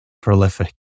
prolific